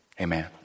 Amen